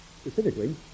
specifically